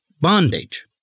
bondage